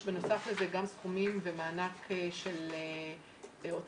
בנוסף לזה יש גם סכומים ומענק של הוצאות